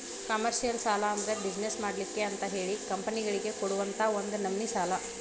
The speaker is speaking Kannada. ಕಾಮರ್ಷಿಯಲ್ ಸಾಲಾ ಅಂದ್ರ ಬಿಜನೆಸ್ ಮಾಡ್ಲಿಕ್ಕೆ ಅಂತಹೇಳಿ ಕಂಪನಿಗಳಿಗೆ ಕೊಡುವಂತಾ ಒಂದ ನಮ್ನಿ ಸಾಲಾ